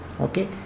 Okay